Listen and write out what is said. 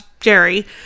Jerry